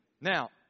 Now